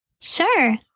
Sure